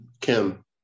Kim